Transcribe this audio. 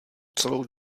celou